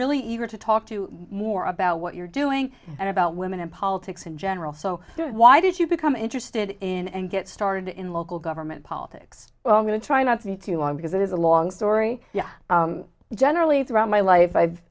really eager to talk to more about what you're doing and about women and politics in general so why did you become interested in and get started in local government politics well i'm going to try not to be too long because it is a long story generally throughout my life i've